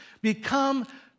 become